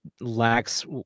lacks